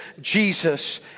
Jesus